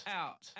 out